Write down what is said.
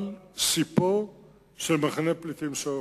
על ספו של מחנה פליטים שועפאט.